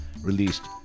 released